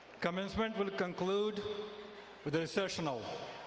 commencement will conclude with the recessional.